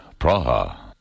Praha